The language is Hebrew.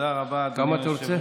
כמה אתה רוצה?